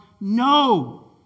No